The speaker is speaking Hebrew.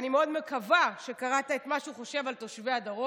אני מאוד מקווה שקראת את מה שהוא חושב על תושבי הדרום.